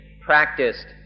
practiced